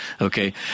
okay